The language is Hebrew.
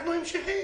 אנחנו המשכי.